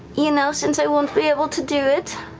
you know, since i won't be able to do it.